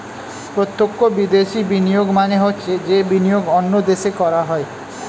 প্রত্যক্ষ বিদেশি বিনিয়োগ মানে হচ্ছে যে বিনিয়োগ অন্য দেশে করা হয়